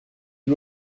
lui